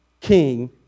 king